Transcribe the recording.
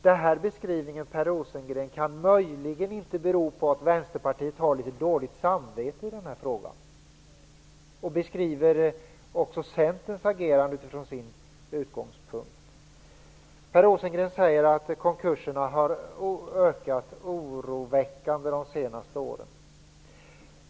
Den här beskrivningen kan möjligen inte, Per Rosengren, bero på att Vänsterpartiet har litet dåligt samvete i denna fråga och beskriver också Centerns agerande utifrån sin utgångspunkt? Per Rosengren säger att konkurserna har ökat oroväckande de senaste åren.